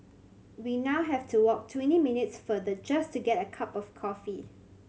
we now have to walk twenty minutes farther just to get a cup of coffee